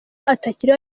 atakiriho